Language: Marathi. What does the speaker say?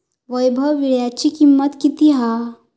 वैभव वीळ्याची किंमत किती हा?